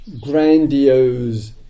grandiose